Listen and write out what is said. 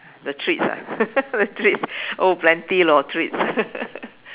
the treats ah the treats oh plenty lor treats